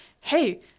hey